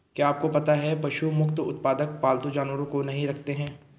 क्या आपको पता है पशु मुक्त उत्पादक पालतू जानवरों को नहीं रखते हैं?